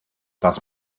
das